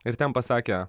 ir ten pasakė